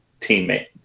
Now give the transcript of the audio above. teammate